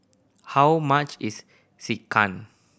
how much is Sekihan